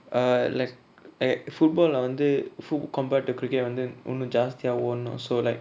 err like like football lah வந்து:vanthu foot compare to cricket வந்து இன்னு ஜாஸ்தியா ஒவ்வொன்னு:vanthu innu jaasthiya ovvonu so like